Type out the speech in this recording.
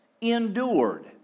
endured